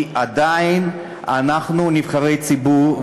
עדיין אנחנו נבחרי ציבור,